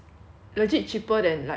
legit cheaper than like the